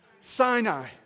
Sinai